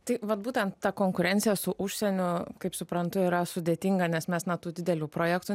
tai vat būtent ta konkurencija su užsieniu kaip suprantu yra sudėtinga nes mes na tų didelių projektų